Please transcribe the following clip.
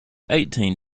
eighteen